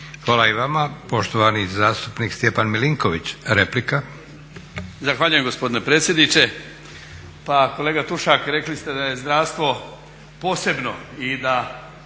Hvala i vama. Poštovani zastupnik Stjepan Milinković, replika.